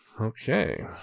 okay